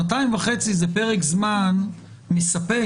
שנתיים וחצי זה פרק זמן מספק